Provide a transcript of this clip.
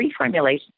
reformulation